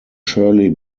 shirley